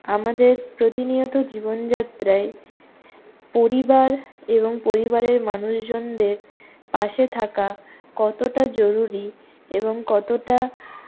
আমাদের প্রতিনিয়ত জীবনযাত্রায় পরিবার এবং পরিবারের মানুষজনদের পাশে থাকা কতটা জরুরি এবং কতটা